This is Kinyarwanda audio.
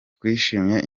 twishimiye